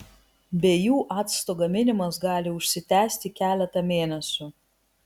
be jų acto gaminimas gali užsitęsti keletą mėnesių